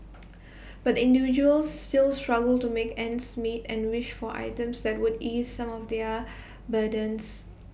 but the individuals still struggle to make ends meet and wish for items that would ease some of their burdens